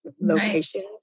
locations